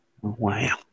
wow